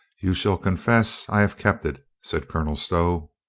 you shall confess i have kept it, said colonel stow.